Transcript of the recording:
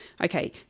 okay